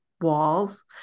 walls